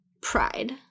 Pride